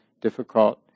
difficult